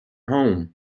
home